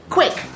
Quick